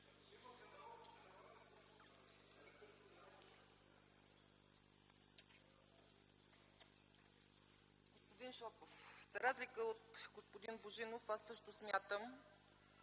Господин Шопов, за разлика от господин Божинов, аз също смятам,